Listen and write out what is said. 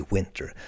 Winter